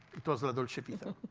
it was la dolce vita.